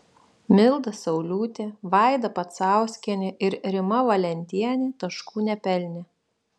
milda sauliūtė vaida pacauskienė ir rima valentienė taškų nepelnė